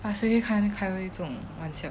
but 谁会开开这种玩笑